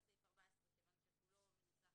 אקריא את כל סעיף 14 מכיוון שכולו נוסח